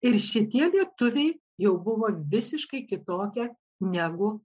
ir šitie lietuviai jau buvo visiškai kitokia negu